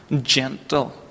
gentle